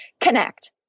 connect